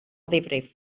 ddifrif